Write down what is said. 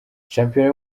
shampiyona